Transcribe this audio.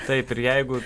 taip ir jeigu